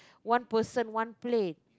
one person one plate